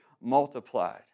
multiplied